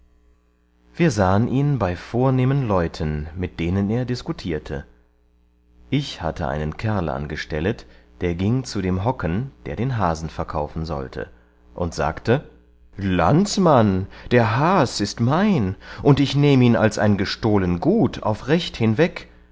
wir sahen ihn bei vornehmen leuten mit denen er diskutierte ich hatte einen kerl angestellet der gieng zu dem hocken der den hasen verkaufen sollte und sagte landsmann der has ist mein und ich nehme ihn als ein gestohlen gut auf recht hinweg